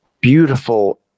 beautiful